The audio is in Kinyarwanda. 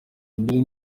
mbiri